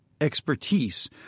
expertise